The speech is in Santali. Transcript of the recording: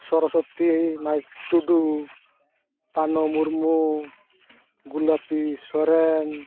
ᱥᱚᱨᱚᱥᱚᱛᱤ ᱴᱩᱰᱩ ᱯᱟᱱᱚ ᱢᱩᱨᱢᱩ ᱜᱩᱞᱟᱹᱯᱤ ᱥᱚᱨᱮᱱ